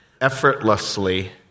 effortlessly